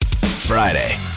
Friday